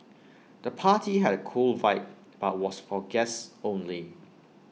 the party had A cool vibe but was for guests only